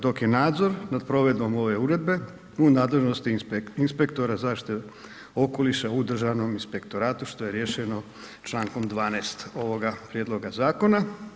Dok je nadzor nad provedbom ove uredbe u nadležnosti inspektora zaštite okoliša u Državnom inspektoratu, što je riješeno Člankom 12. ovoga prijedloga zakona.